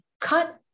cut